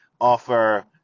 offer